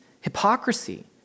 hypocrisy